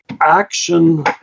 action